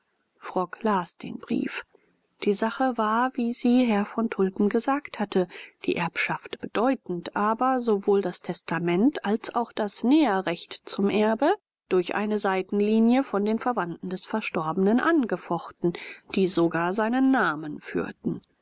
frock las den brief die sache war wie sie herr von tulpen gesagt hatte die erbschaft bedeutend aber sowohl das testament als das näherrecht zum erbe durch eine seitenlinie von den verwandten des verstorbenen angefochten die sogar seinen namen führten